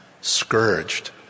scourged